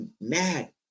mad